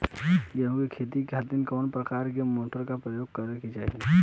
गेहूँ के खेती के खातिर कवना प्रकार के मोटर के प्रयोग करे के चाही?